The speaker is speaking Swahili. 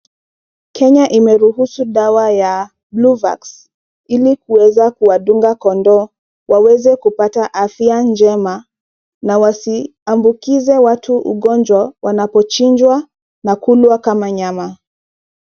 Kenya imeruhusu dawa ya Bluvax ili kuweza kuwadunga kondoo waweze kupata afya njema na wasiambukize watu ugonjwa wanapochinjwa na kulwa kama nyama.